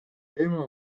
teema